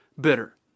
bitter